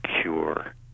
cure